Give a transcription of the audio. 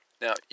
Now